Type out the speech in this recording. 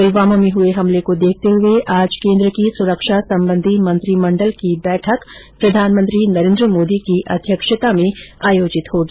पुलवामा में हुए हमले को देखते हुए आज केन्द्र की सुरक्षा संबंधी मंत्रीमंडल की बैठक प्रधानमंत्री नरेन्द्र मोदी की अध्यक्षता में आयोजित होगी